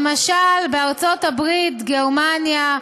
למשל, בארה"ב, גרמניה,